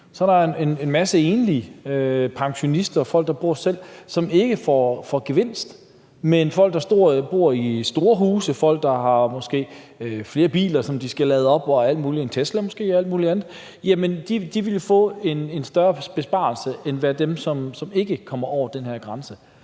så er der jo en masse enlige, pensionister, folk, der bor for sig selv, som ikke får en gevinst, mens folk, der bor i de store huse, folk, der måske har flere biler, som de skal lade op, måske en Tesla, og alt muligt andet, vil få en større besparelse end dem, som ikke kommer over den her grænse.